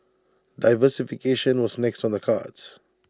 diversification was next on the cards